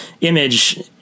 image